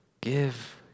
give